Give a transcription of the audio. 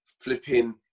flipping